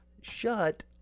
Shut